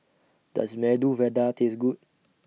Does Medu Vada Taste Good